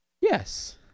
Yes